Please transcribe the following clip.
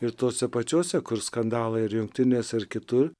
ir tose pačiose kur skandalai ir jungtinėse ir kitur